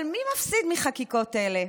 אבל מי מפסיד מחקיקות אלה?